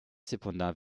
cependant